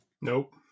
Nope